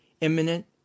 imminent